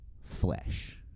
flesh